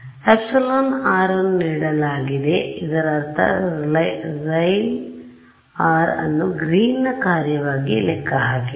εr ನ್ನು ನೀಡಲಾಗಿದೆ ಇದರರ್ಥ χ ಅನ್ನು ಗ್ರೀನ್ನ ಕಾರ್ಯವಾಗಿ ಲೆಕ್ಕ ಹಾಕಿದೆ